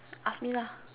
ask me lah